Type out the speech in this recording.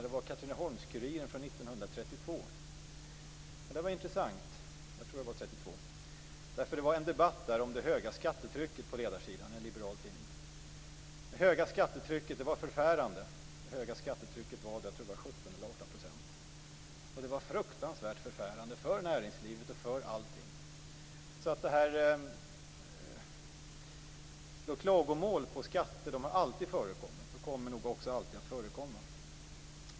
Det var Katrineholms-Kuriren från 1932, tror jag. Det var intressant. Det fanns en debatt om det höga skattetrycket på ledarsidan. Det är en liberal tidning. Det höga skattetrycket var förfärande. Det höga skattetrycket var 17 eller 18 %. Det var fruktansvärt förfärande för näringslivet och för allting. Klagomål på skatter har alltid förekommit och kommer nog också alltid att förekomma.